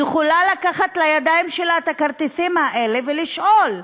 יכולה לקחת לידיים שלה את הכרטיסים האלה ולשאול,